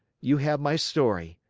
you have my story.